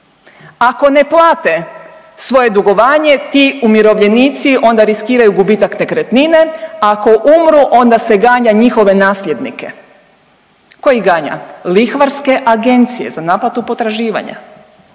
ako ne plate svoje dugovanje ti umirovljenici onda riskiraju gubitak nekretnine, a ako umru onda se ganja njihove nasljednike. Ko ih ganja? Lihvarske Agencije za naplatu potraživanja.